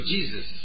Jesus